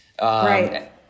Right